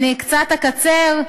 אני קצת אקצר: